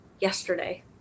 yesterday